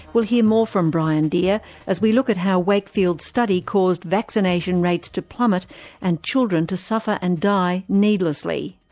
we'll hear more from brian deer as we look at how wakefield's study caused vaccination rates to plummet and children to suffer and die needlessly.